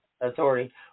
authority